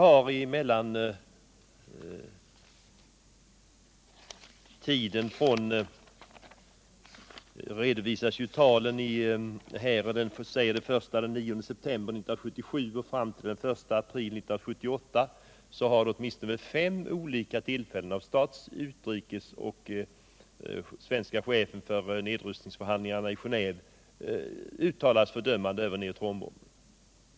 Under tiden från den 9 september 1977 och fram till den 1 april 1978 har stats och utrikesministrarna samt chefen för den svenska delegationen vid nedrustningarna i Genéve vid åtminstone fem tillfällen fördömt neutronbomben.